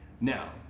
Now